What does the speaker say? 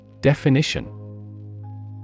Definition